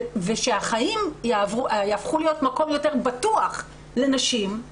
ושהחיים יפכו להיות מקום יותר בטוח לנשים.